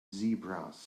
zebras